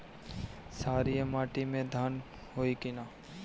क्षारिय माटी में धान होई की न?